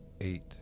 eight